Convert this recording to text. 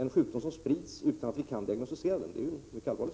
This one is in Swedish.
En sjukdom som sprids utan att vi kan diagnostisera den, det är något mycket allvarligt.